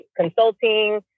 consulting